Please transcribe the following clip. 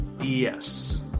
Yes